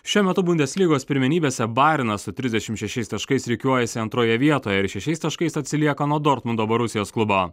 šiuo metu bundeslygos pirmenybėse barinas su trsidešim šešiais taškais rikiuojasi antroje vietoje ir šešiais taškais atsilieka nuo dortmundo borusijos klubo